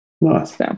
Nice